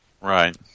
Right